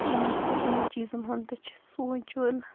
اَمیُک تہِ اَمہِ چیٖزَن ہُنٛد تہِ چھُ سوںٛچُن